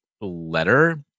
letter